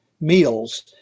meals